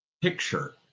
picture